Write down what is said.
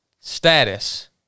status